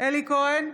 אלי כהן,